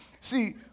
See